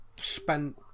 spent